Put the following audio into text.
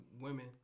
women